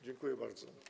Dziękuję bardzo.